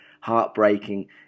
heartbreaking